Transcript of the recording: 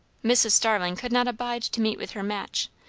mrs. starling could not abide to meet with her match,